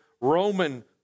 Roman